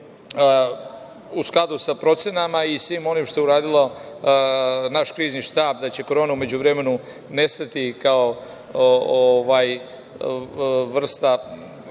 u skladu sa procenama i svim onim što je uradio naš Krizni štab da će Korona u međuvremenu nestati kao vrsta,